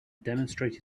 demonstrate